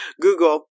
Google